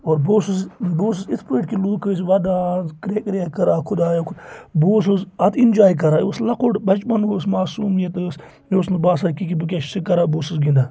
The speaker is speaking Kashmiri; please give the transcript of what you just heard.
اور بہٕ اوسُس بہٕ اوسُس یِتھ پٲٹھۍ کہِ لوٗکھ ٲسۍ وَدان کریٚک کریہ کران خۄدایا بہٕ اوسُس اَتھ اِنجاے کَران یہِ اوس لۄکُٹ بَچپَن اوس معسوٗمیت ٲس مےٚ اوس نہٕ باسان کہِ کہِ بہٕ کیٛاہ چھُس یہِ کَران بہٕ اوسُس گِنٛدان